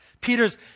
Peter's